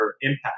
impact